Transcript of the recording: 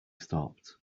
stopped